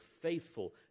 faithful